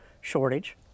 shortage